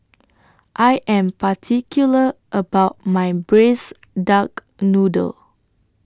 I Am particular about My Braised Duck Noodle